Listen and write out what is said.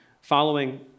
following